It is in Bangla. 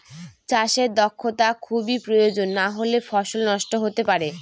চাষে দক্ষটা খুবই প্রয়োজন নাহলে ফসল নষ্ট হতে পারে